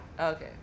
Okay